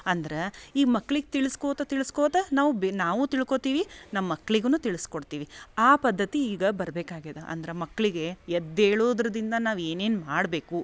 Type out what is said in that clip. ಅಂದ್ರ ಈ ಮಕ್ಳಿಗೆ ತಿಳ್ಸ್ಕೋತ ತಿಳ್ಸ್ಕೋತ ನಾವು ಬೆ ನಾವು ತಿಳ್ಕೊತೀವಿ ನಮ್ಮಕ್ಕಳಿಗೂನು ತಿಳ್ಸ್ಕೊಡ್ತೀವಿ ಆ ಪದ್ಧತಿ ಈಗ ಬರ್ಬೇಕಾಗಿದ ಅಂದ್ರ ಮಕ್ಕಳಿಗೆ ಎದ್ದೇಳೂದ್ರ್ದಿಂದ ನಾವೇನೇನು ಮಾಡಬೇಕು